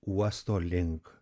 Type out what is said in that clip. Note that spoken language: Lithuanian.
uosto link